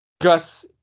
Gus